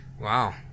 Wow